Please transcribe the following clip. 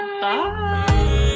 Bye